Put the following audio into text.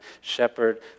shepherd